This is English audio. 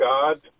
God